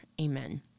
Amen